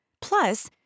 Plus